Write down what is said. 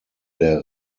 der